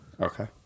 Okay